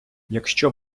якщо